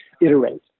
iterate